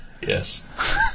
yes